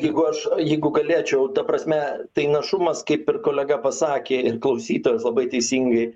jeigu aš jeigu galėčiau ta prasme tai našumas kaip ir kolega pasakė ir klausytojas labai teisingai